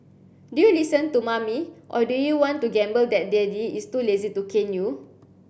do you listen to mommy or do you want to gamble that daddy is too lazy to cane you